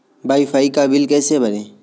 Wi fi का bill कैसे भरें?